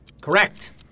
Correct